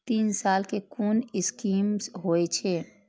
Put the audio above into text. तीन साल कै कुन स्कीम होय छै?